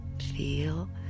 Feel